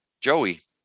Joey